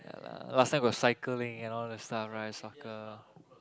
ya lah last time got cycling and all that stuff right soccer